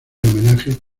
homenaje